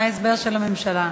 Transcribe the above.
מה ההסבר של הממשלה?